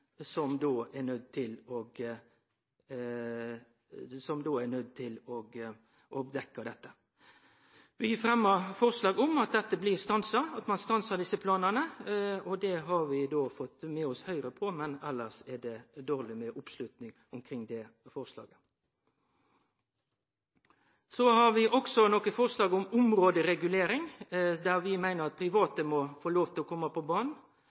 til å dekkje dette. Vi fremmer forslag om at dette blir stansa, at ein stansar desse planane. Det har vi fått med oss Høgre på, men elles er det dårleg med oppslutning omkring det forslaget. Så har vi òg forslag om områderegulering, der vi meiner at private må få lov til å kome på